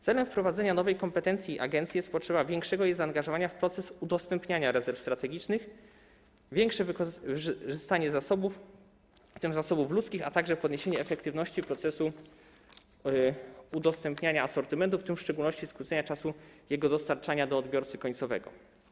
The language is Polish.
Celem wprowadzenia nowej kompetencji agencji jest potrzeba większego jej zaangażowania w proces udostępniania rezerw strategicznych i większego wykorzystania zasobów, w tym zasobów ludzkich, a także podniesienie efektywności procesu udostępniania asortymentów, w tym w szczególności skrócenie czasu jego dostarczania do odbiorcy końcowego.